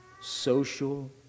social